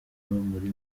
muri